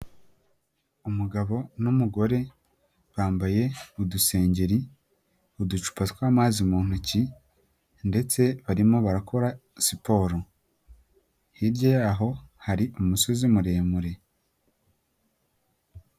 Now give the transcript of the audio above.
Umugabo n'umugore bambaye udusengeri uducupa tw'amazi mu ntoki ndetse barimo barakora siporo, hirya yaho hari umusozizi muremure.